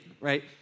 right